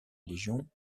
légion